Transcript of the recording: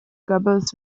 goebbels